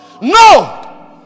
No